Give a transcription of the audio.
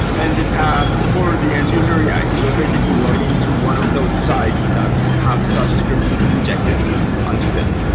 and the path for the end user, yeah, there's basically logged in to one of those sites that have such scripts injected on to them.